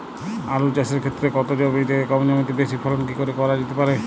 আলু চাষের ক্ষেত্রে কম জমিতে বেশি ফলন কি করে করা যেতে পারে?